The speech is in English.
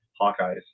Hawkeyes